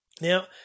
Now